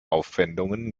aufwendungen